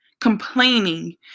complaining